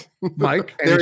Mike